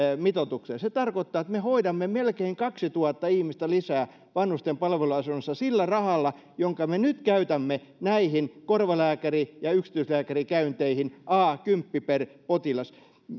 mitoituksella se tarkoittaa että me hoidamme melkein kaksituhatta ihmistä lisää vanhusten palveluasunnossa sillä rahalla jonka me nyt käytämme näihin korvalääkäri ja yksityislääkärikäynteihin kymppi per potilas